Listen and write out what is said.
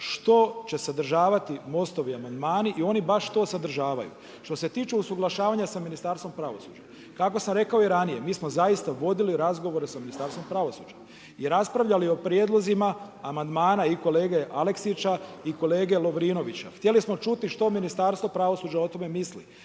što će sadržavati Most-ovi amandmani i oni to baš to sadržavaju. Što se tiče usuglašavanja sa Ministarstvom pravosuđa kako sam rekao i ranije mi smo zaista vodili razgovore sa Ministarstvom pravosuđa i raspravljali o prijedlozima amandmana i kolege Aleksića i kolege Lovrinovića. Htjeli smo čuti što Ministarstvo pravosuđa o tome misli,